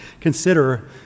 consider